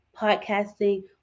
podcasting